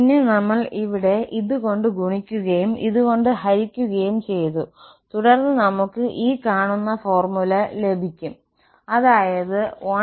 പിന്നെ നമ്മൾ ഇവിടെ 1¿ കൊണ്ട് ഗുണിക്കുകയും 1¿ കൊണ്ട് ഹരിക്കുകയും ചെയ്തു തുടർന്ന് നമുക്ക് 11¿1−¿ 11−i2 n2 അതായത് 11n2